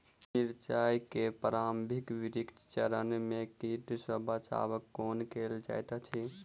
मिर्चाय केँ प्रारंभिक वृद्धि चरण मे कीट सँ बचाब कोना कैल जाइत अछि?